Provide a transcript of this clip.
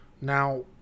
Now